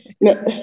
No